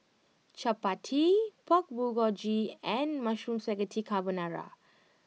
Chapati Pork Bulgogi and Mushroom Spaghetti Carbonara